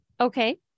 Okay